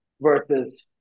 versus